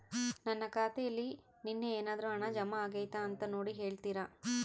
ನನ್ನ ಖಾತೆಯಲ್ಲಿ ನಿನ್ನೆ ಏನಾದರೂ ಹಣ ಜಮಾ ಆಗೈತಾ ಅಂತ ನೋಡಿ ಹೇಳ್ತೇರಾ?